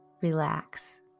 Relax